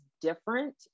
different